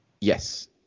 Yes